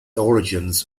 origins